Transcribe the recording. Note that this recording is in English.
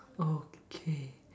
okay